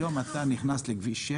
היום אתה נכנס לכביש 6